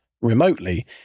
remotely